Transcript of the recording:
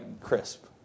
crisp